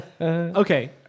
Okay